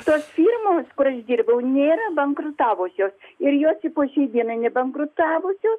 tos firmos kur aš dirbau nėra bankrutavusios ir jos ir po šiai dienai nebankrutavusios